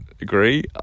agree